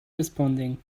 responding